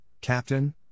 Captain